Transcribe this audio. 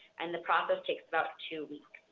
and the process takes about two weeks.